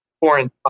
foreign